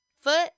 Foot